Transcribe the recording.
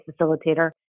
facilitator